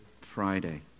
Friday